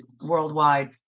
worldwide